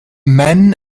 man